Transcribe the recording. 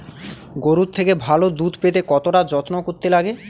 গরুর থেকে ভালো দুধ পেতে কতটা যত্ন করতে লাগে